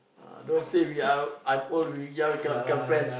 ah don't say we are I'm old you're young we cannot be friends